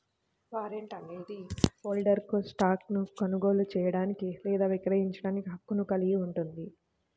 warrant అనేది హోల్డర్కు స్టాక్ను కొనుగోలు చేయడానికి లేదా విక్రయించడానికి హక్కును కలిగి ఉంటుంది